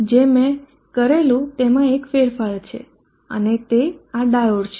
જે મેં કરેલું તેમાં એક ફેરફાર છે અને તે આ ડાયોડ છે